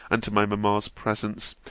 and to my mamma's, presence,